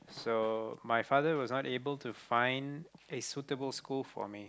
so my father was unable to find a suitable school for me